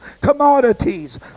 commodities